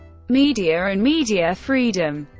media and media freedom